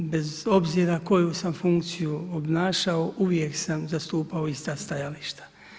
Bez obzora koju sam funkciju obnašao, uvijek sam zastupao ista stajališta.